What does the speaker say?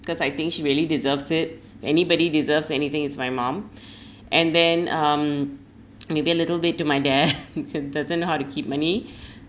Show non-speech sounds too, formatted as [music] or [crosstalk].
because I think she really deserves it anybody deserves anything it's my mum [breath] and then um [noise] maybe a little bit to my dad [laughs] he doesn't know how to keep money [breath]